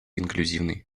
инклюзивной